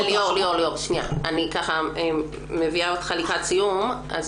ליאור, אני מביאה אותך לקראת סיום.